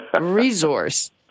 resource